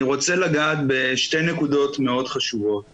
אני רוצה לגעת בשתי נקודות חשובות מאוד.